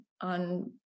on